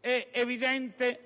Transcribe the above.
È evidente